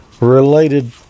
related